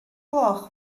gloch